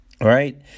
right